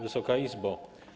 Wysoka Izbo!